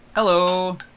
Hello